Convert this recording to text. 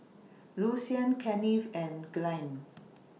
Lucian Kennith and Glynn